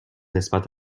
نسبت